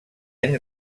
any